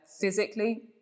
physically